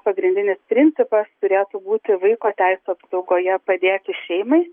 pagrindinis principas turėtų būti vaiko teisių apsaugoje padėti šeimai